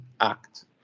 Act